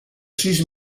sis